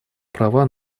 права